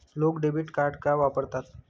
लोक debit card का वापरतात?